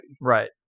Right